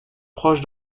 proches